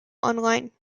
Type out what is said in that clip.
online